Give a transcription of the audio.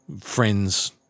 friends